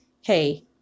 Hey